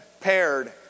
paired